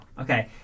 Okay